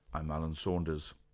i'm alan saunders.